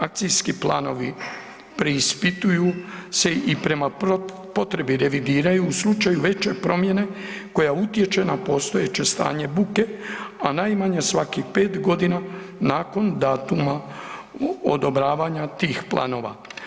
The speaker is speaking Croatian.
Akcijski planovi preispituju se i prema potrebi revidiraju u slučaju veće promjene koja utječe na postojeće stanje buke, a najmanje svakih 5.g. nakon datuma odobravanja tih planova.